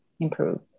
improved